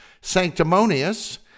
sanctimonious